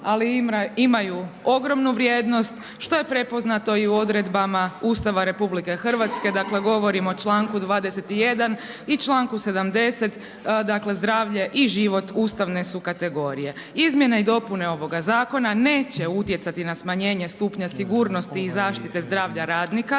ali imaju ogromnu vrijednost što je prepoznato i u odredbama Ustava RH, dakle govorim o članku 21 i članku 70 dakle zdravlje i život Ustavne su kategorije. Izmjene i dopune ovoga zakona neće utjecati na smanjenje stupnja sigurnosti i zaštite zdravlja radnika,